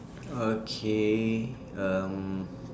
okay um